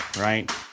right